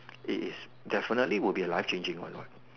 it is definitely would be a life changing one what